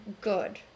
good